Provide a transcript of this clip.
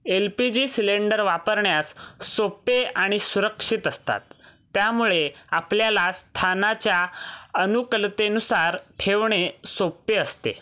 L P G cylinder वापरण्यास सोपे आणि सुरक्षित असतात त्यामुळे आपल्याला स्थानाच्या अनुकलतेनुसार ठेवणे सोपे असते